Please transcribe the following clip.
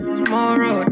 Tomorrow